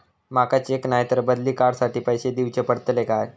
माका चेक नाय तर बदली कार्ड साठी पैसे दीवचे पडतले काय?